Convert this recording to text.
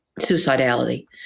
Suicidality